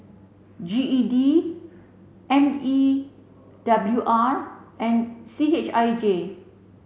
G E D M E W R and C H I J